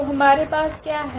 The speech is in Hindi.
तो हमारे पास क्या है